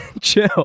chill